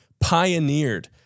pioneered